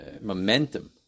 momentum